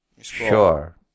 Sure